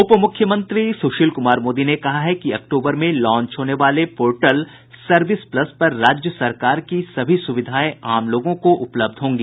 उप मुख्यमंत्री सुशील कुमार मोदी ने कहा है कि अक्टूबर में लॉन्च होने वाले पोर्टल सर्विस प्लस पर राज्य सरकार की सभी सुविधाएं आम लोगों को उपलब्ध होंगी